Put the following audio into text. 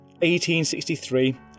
1863